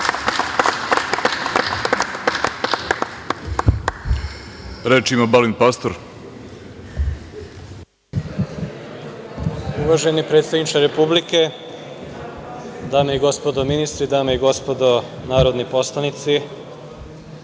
**Balint Pastor** Uvaženi predsedniče Republike, dame i gospodo ministri, dame i gospodo narodni poslanici,